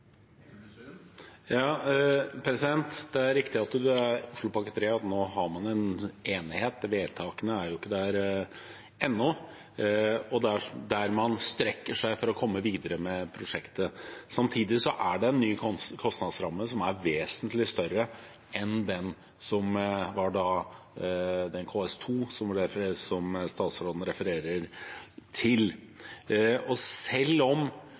Det er riktig at man har en enighet om Oslopakke 3 – vedtakene er ikke der ennå – der man strekker seg for å komme videre med prosjektet. Samtidig er det en ny kostnadsramme som er vesentlig større enn den for KS2, som statsråden refererer til. Selv om man får større grunneierbidrag, at man kan få på plass at kommunen strekker seg mer, og